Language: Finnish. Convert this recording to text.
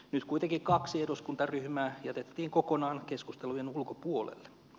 nyt kuitenkin kaksi eduskuntaryhmää jätettiin kokonaan keskustelujen ulkopuolelle